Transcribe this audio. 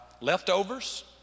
leftovers